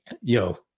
yo